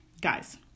guys